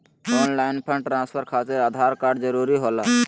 Online fund transfer खातिर Aadhaar card जरूरी होला?